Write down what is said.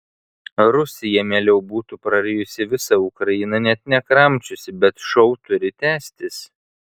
rusija mieliau būtų prarijusi visą ukrainą net nekramčiusi bet šou turi tęstis